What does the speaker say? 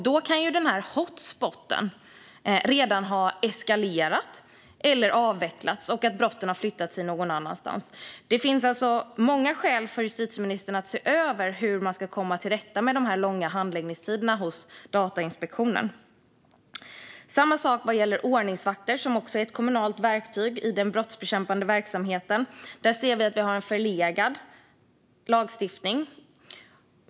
Då kan ju den hotspot som man vill bevaka redan ha eskalerat eller ha avvecklats, och brotten kan ha flyttat någon annanstans. Det finns alltså många skäl för justitieministern att se över hur man ska komma till rätta med de långa handläggningstiderna hos Datainspektionen. Samma sak är det när det gäller ordningsvakter, som också är ett kommunalt verktyg i den brottsbekämpande verksamheten. Där ser vi att vi har en förlegad lagstiftning.